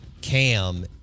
Cam